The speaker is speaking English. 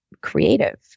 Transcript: creative